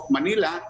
Manila